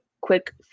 quick